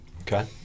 Okay